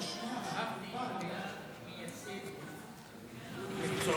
שכחת את המילה: מייסד מקצועות,